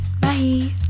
bye